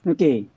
Okay